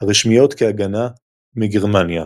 הרשמיות כהגנה מגרמניה.